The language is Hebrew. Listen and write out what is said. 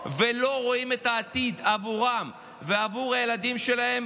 ולא רואים את העתיד עבורם ועבור הילדים שלהם,